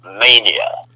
Mania